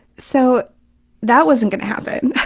so that wasn't going to happen.